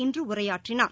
இன்று உரையாற்றினார்